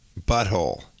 butthole